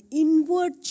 inward